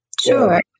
Sure